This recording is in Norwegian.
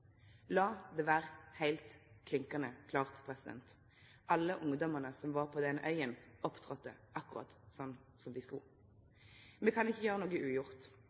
det vere klinkande klart: Alle ungdomane som var på den øya, opptredde akkurat som dei skulle. Me kan ikkje gjere noko ugjort,